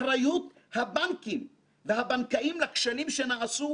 אחריות הבנקאים והבנקים לכשלים שנעשו,